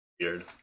weird